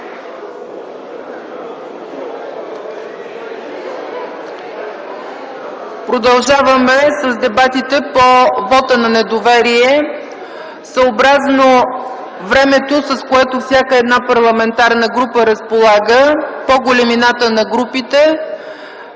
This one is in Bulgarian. Продължаваме с дебатите по вота на недоверие съобразно времето, с което всяка една парламентарна група разполага, по големината на групите.